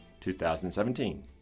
2017